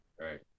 Right